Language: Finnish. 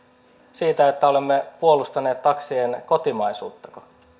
siis siitäkö että olemme puolustaneet taksien kotimaisuutta